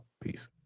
Peace